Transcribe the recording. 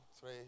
three